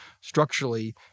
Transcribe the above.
structurally